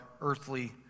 earthly